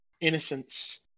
innocence